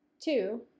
Two